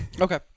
Okay